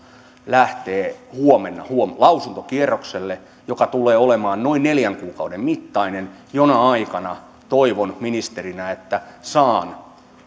lähtee huomenna huom lausuntokierrokselle joka tulee olemaan noin neljän kuukauden mittainen jona aikana toivon ministerinä että saan